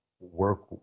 Work